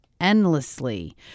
endlessly